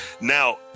now